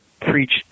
preach